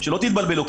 שלא תתבלבלו.